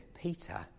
Peter